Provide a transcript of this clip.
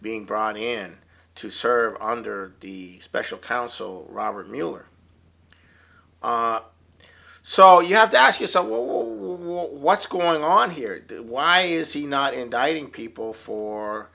being brought in to serve under the special counsel robert mueller so you have to ask yourself well what's going on here do why is he not indicting people for